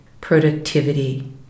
productivity